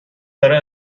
داره